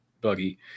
buggy